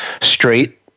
straight